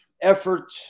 effort